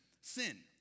sin